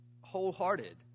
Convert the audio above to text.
wholehearted